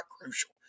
crucial